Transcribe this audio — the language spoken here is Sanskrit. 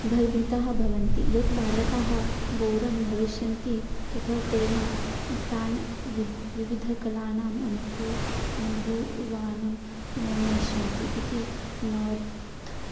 भयभीताः भवन्ति यत् बालकाः बोरं भविष्यन्ति तथा तेन तान् विद् विविधकलानाम् अनुभू अनुभवान् नेष्यन्ति इति नार्थ्